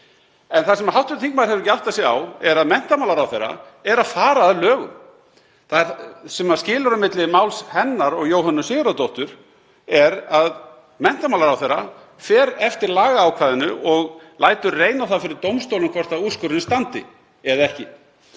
En það sem hv. þingmaður hefur ekki áttað sig á er að menntamálaráðherra er að fara að lögum. Það sem skilur á milli máls hennar og Jóhönnu Sigurðardóttur er að menntamálaráðherra fer eftir lagaákvæðinu og lætur reyna á það fyrir dómstólum hvort úrskurðurinn standi eða ekki.